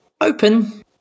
open